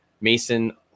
Mason